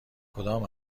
کدام